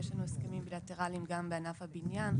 יש לנו הסכמים בילטרליים גם בענף הבניין,